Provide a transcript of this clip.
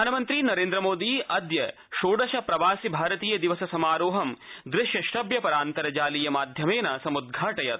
प्रधानमन्त्री नरद्विमोदी अद्य षोडश प्रवासि भारतीय दिवस समारोहं दृश्य श्रव्य परान्तर्जालीय माध्यमर्त समुद्घाटयत्